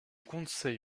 conseil